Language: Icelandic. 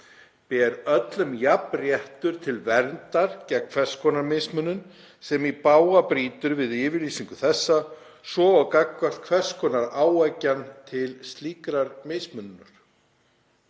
Ber öllum jafn réttur til verndar gegn hvers konar mismunun, sem í bága brýtur við yfirlýsingu þessa, svo og gagnvart hvers konar áeggjan til slíkrar mismununar.“